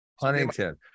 Huntington